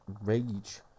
rage